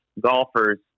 golfers